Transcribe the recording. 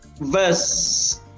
verse